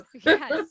Yes